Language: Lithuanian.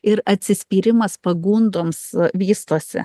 ir atsispyrimas pagundoms vystosi